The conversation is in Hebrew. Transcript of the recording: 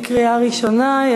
קריאה ראשונה.